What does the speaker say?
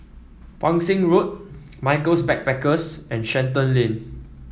Pang Seng Road Michaels Backpackers and Shenton Lane